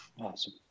Awesome